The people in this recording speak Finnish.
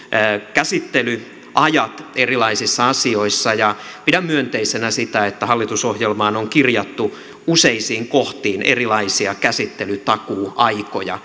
käsittelyajat erilaisissa asioissa ja pidän myönteisenä sitä että hallitusohjelmaan on kirjattu useisiin kohtiin erilaisia käsittelytakuuaikoja